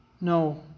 No